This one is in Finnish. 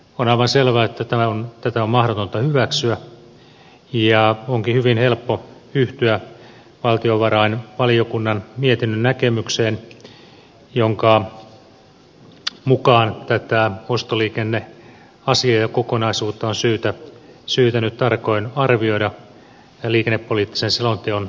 on aivan selvä että tätä on mahdotonta hyväksyä ja onkin hyvin helppo yhtyä valtiovarainvaliokunnan mietinnön näkemykseen jonka mukaan tätä ostoliikenneasiaa ja kokonaisuutta on syytä nyt tarkoin arvioida liikennepoliittisen selonteon yhteydessä